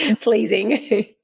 pleasing